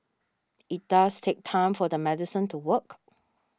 it does take time for the medicine to work